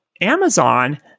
Amazon